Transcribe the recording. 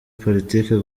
politike